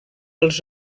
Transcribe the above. els